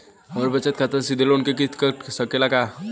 हमरे बचत खाते से सीधे लोन क किस्त कट सकेला का?